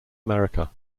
america